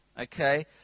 Okay